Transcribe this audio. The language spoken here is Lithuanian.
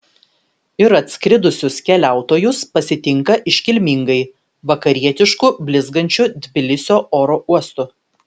ir atskridusius keliautojus pasitinka iškilmingai vakarietišku blizgančiu tbilisio oro uostu